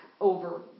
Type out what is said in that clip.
over